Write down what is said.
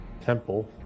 temple